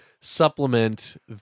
supplement